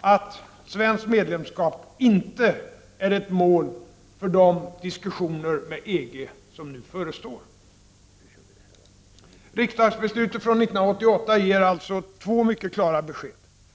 att ”svenskt medlemskap inte är ett mål för de diskussioner med EG som nu förestår”. Riksdagsbeslutet från 1988 ger alltså två mycket klara besked.